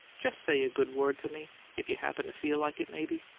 just say a good word for me if you'd happen to feel like it, maybe.